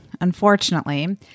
Unfortunately